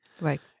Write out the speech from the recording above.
Right